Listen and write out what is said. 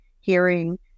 hearing